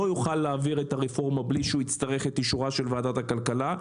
יוכל להעביר את הרפורמה בלי שהוא יצטרך את אישורה של ועדת הכלכלה.